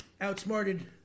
outsmarted